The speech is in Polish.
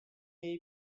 jej